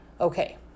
Okay